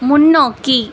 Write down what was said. முன்னோக்கி